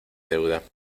deuda